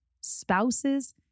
spouses